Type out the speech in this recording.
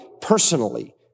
personally